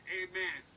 amen